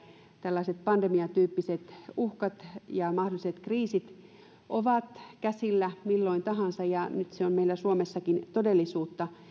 tällaiset pandemiatyyppiset uhkat ja mahdolliset kriisit ovat käsillä milloin tahansa ja nyt se on meillä suomessakin todellisuutta